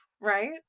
right